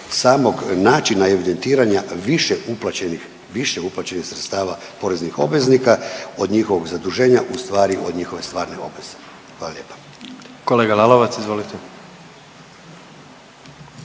samog načina evidentiranja više uplaćenih, više uplaćenih sredstava poreznih obveznika, od njihovog zaduženja, ustvari od njihove stvarne obveze, hvala lijepa. **Jandroković, Gordan